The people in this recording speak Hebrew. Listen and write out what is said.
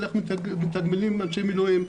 על איך מתגמלים אנשי מילואים.